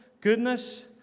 goodness